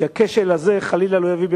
והכשל הזה לא יביא,